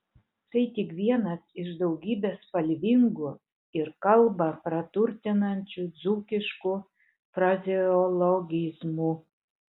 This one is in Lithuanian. tai tik vienas iš daugybės spalvingų ir kalbą praturtinančių dzūkiškų frazeologizmų